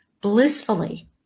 blissfully